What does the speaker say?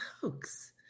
hoax